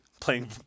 playing